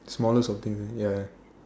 smallest of thing is it ya